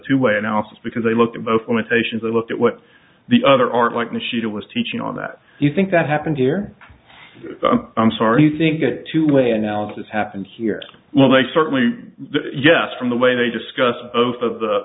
two way analysis because they looked at both limitations i looked at what the other art likeness shooter was teaching on that you think that happened here i'm sorry you think that two way analysis happened here well they certainly yes from the way they discuss both of the